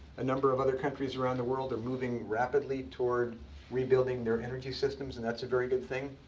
a number of other countries around the world are moving rapidly toward rebuilding their energy systems, and that's a very good thing.